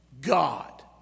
God